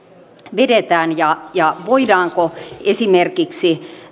vedetään ja ja voidaanko esimerkiksi